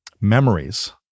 memories